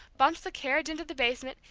bumps the carriage into the basement,